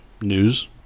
News